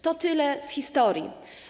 To tyle z historii.